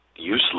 Useless